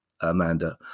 Amanda